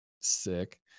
sick